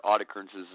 occurrences